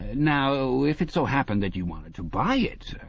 ah now, if it so happened that you wanted to buy it,